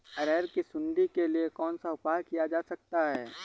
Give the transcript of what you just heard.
अरहर की सुंडी के लिए कौन सा उपाय किया जा सकता है?